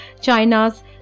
China's